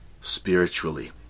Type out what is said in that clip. spiritually